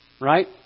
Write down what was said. Right